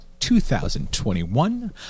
2021